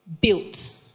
built